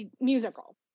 musical